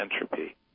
entropy